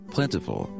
Plentiful